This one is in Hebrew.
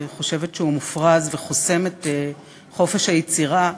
וחושבת שהוא מופרז וחוסם את חופש היצירה,